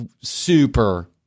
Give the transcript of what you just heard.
super